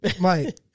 Mike